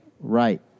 Right